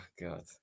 God